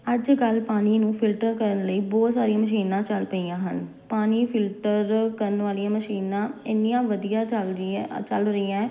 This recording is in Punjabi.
ਅੱਜ ਕੱਲ੍ਹ ਪਾਣੀ ਨੂੰ ਫਿਲਟਰ ਕਰਨ ਲਈ ਬਹੁਤ ਸਾਰੀਆਂ ਮਸ਼ੀਨਾਂ ਚੱਲ ਪਈਆਂ ਹਨ ਪਾਣੀ ਫਿਲਟਰ ਕਰਨ ਵਾਲੀਆਂ ਮਸ਼ੀਨਾਂ ਇੰਨੀਆਂ ਵਧੀਆ ਚੱਲਦੀਆਂ ਚੱਲ ਰਹੀਆਂ